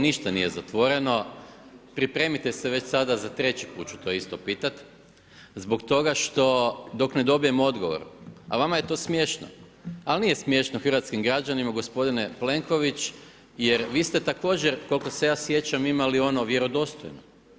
Ništa nije zatvoreno, pripremite se već sada, za 3 put ću to isto pitati, zbog toga što dok ne dobijem odgovor a vama je to smiješno ali nije smiješno hrvatskim građanima gospodine Plenković, jer vi ste također koliko se ja sjećam imali ono vjerodostojno.